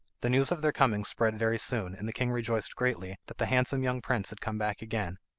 the news of their coming spread very soon, and the king rejoiced greatly that the handsome young prince had come back again,